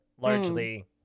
largely